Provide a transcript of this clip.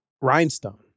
Rhinestone